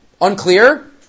Unclear